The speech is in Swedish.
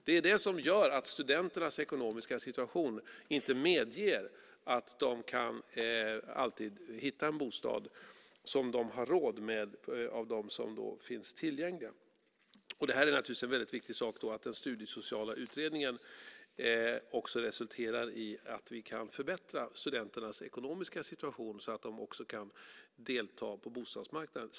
Det är det som gör att studenternas ekonomiska situation inte alltid medger att de kan hitta en bostad som de har råd med bland dem som finns tillgängliga. Det är naturligtvis väldigt viktigt att den studiesociala utredningen också resulterar i att vi kan förbättra studenternas ekonomiska situation så att de också kan delta på bostadsmarknaden.